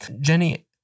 Jenny